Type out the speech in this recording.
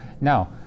Now